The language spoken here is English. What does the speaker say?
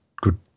good